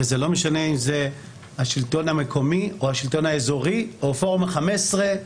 וזה לא משנה אם זה השלטון המקומי או השלטון האזורי או פורום ה-15,